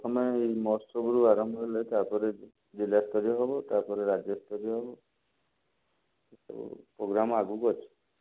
ପ୍ରଥମେ ଏଇ ମହୋତ୍ସବରୁ ଆରମ୍ଭ ହେଲେ ତାପରେ ଜିଲ୍ଲାସ୍ତରୀୟ ହେବ ତାପରେ ରାଜ୍ୟସ୍ତରୀୟ ହେବ ଏସବୁ ପ୍ରୋଗ୍ରାମ ଆଗକୁ ଅଛି